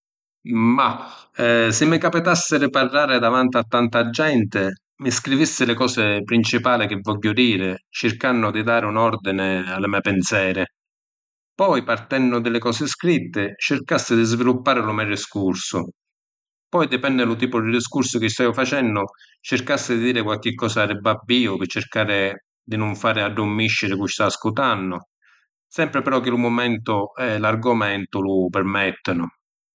Mah… Si’ mi capitassi di parrari davanti a tanta genti, mi scrivissi li cosi principali chi vogghiu diri, circannu di dari un ordini a li me’ pinseri. Poi partennu di li cosi scritti circassi di sviluppari lu me’ discursu. Poi dipenni lu tipu di discursu chi staiu facennu, circassi di diri qualchi cosa di babbìu pi circari di nun fari addurmisciri cu’ sta ascutannu, sempri però chi lu mumentu e l’argumentu lu pirmettinu.